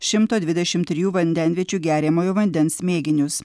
šimto dvidešimt trijų vandenviečių geriamojo vandens mėginius